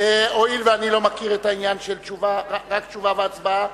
הואיל ואני לא מכיר את העניין של רק תשובה והצבעה,